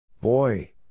Boy